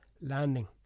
Landing